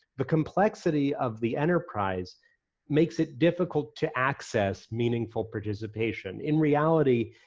the complexity of the enterprise makes it difficult to access meaningful participation. in reality,